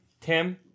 Tim